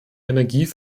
energie